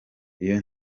iyo